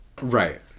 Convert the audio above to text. Right